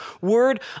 word